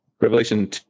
Revelation